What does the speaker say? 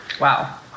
Wow